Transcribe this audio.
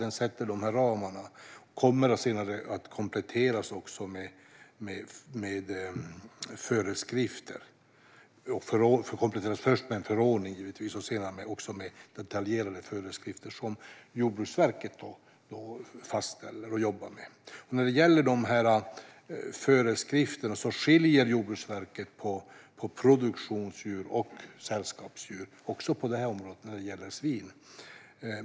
Den sätter de här ramarna och kommer senare att kompletteras - först givetvis med en förordning, sedan också med detaljerade föreskrifter som Jordbruksverket jobbar med och fastställer. När det gäller föreskrifterna skiljer Jordbruksverket på produktionsdjur och sällskapsdjur även när det gäller svin.